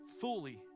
fully